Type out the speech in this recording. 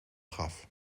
gaf